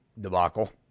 debacle